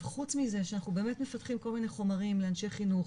חוץ מזה אנחנו באמת מפתחים כל מיני חומרים לאנשי חינוך,